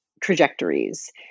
trajectories